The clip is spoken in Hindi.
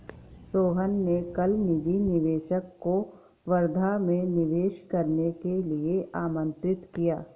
सोहन ने कल निजी निवेशक को वर्धा में निवेश करने के लिए आमंत्रित किया